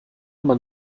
man